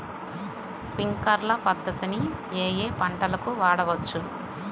Sprinkler పద్ధతిని ఏ ఏ పంటలకు వాడవచ్చు?